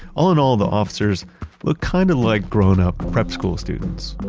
all in all the officers look kind of like grown-up prep school students,